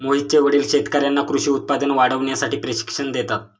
मोहितचे वडील शेतकर्यांना कृषी उत्पादन वाढवण्यासाठी प्रशिक्षण देतात